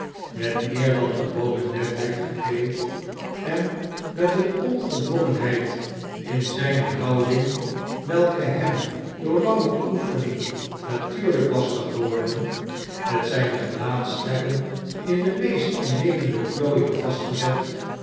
met meer dan gewone netheid gekleed en met eene ongedwongenheid in zijne houding welke hem door lange oefening natuurlijk was geworden met zijne gelaatstrekken in de meest innemende plooien vastgezet